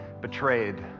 betrayed